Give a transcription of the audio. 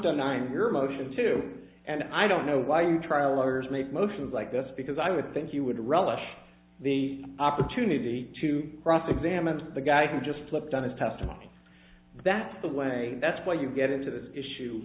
done i'm your motion to and i don't know why you trial lawyers make motions like this because i would think you would relish the opportunity to cross examine the guy who just flipped on his testimony that's the way that's why you get into this issue